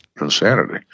insanity